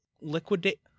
liquidate